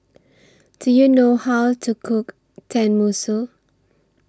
Do YOU know How to Cook Tenmusu